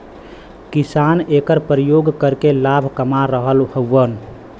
किसान एकर परियोग करके लाभ कमा रहल हउवन